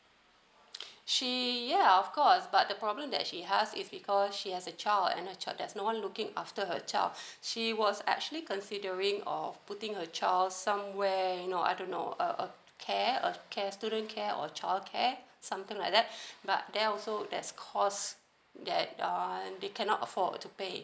she ya of course but the problem that she has is because she has a child and a child there's no one looking after her child she was actually considering of putting her child somewhere no I don't know uh care uh care student care or childcare something like that but that also that cost that err they cannot afford to pay